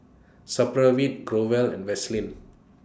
Supravit Growell and Vaselin